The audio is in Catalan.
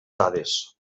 dades